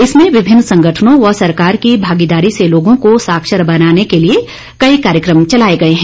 इसमें विभिन्न संगठनों व सरकार की भागीदारी से लोगों को साक्षर बनाने के लिए कई कार्यक्रम चलाए गए हैं